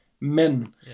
men